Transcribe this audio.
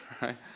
right